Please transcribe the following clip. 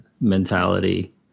mentality